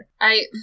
I-